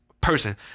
person